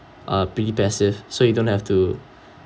uh pretty passive so you don't have to